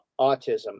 autism